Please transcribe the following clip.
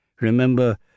Remember